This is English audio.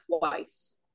twice